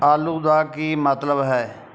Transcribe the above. ਆਲੂ ਦਾ ਕੀ ਮਤਲਬ ਹੈ